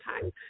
time